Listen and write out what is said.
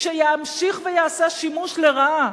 כשימשיך וייעשה שימוש לרעה